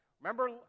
Remember